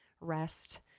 rest